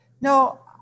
no